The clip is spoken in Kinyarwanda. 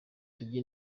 tujye